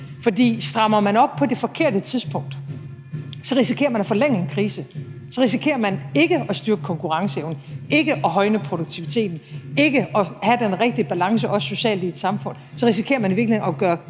For strammer man op på det forkerte tidspunkt, risikerer man at forlænge en krise; man risikerer, at man ikke styrker konkurrenceevnen, ikke højner produktiviteten, og at man ikke har den rigtige balance, også socialt i et samfund. Så risikerer man i virkeligheden at gøre